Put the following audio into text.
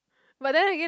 but then again